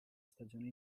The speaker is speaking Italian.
stagioni